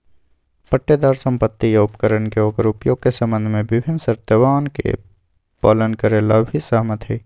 पट्टेदार संपत्ति या उपकरण के ओकर उपयोग के संबंध में विभिन्न शर्तोवन के पालन करे ला भी सहमत हई